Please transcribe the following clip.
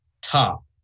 Top